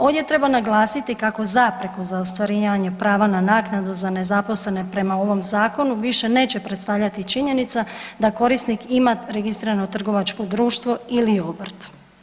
Ovdje treba naglasiti kako zapreku za ostvarivanje prava na naknadu za nezaposlene prema ovom zakonu više neće predstavljati činjenica da korisnik ima registrirano trgovačko društvo ili obrt.